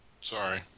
Sorry